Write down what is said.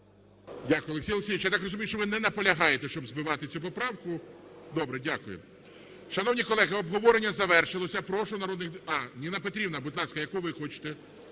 Дякую.